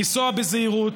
לנסוע בזהירות,